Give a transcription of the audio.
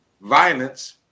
violence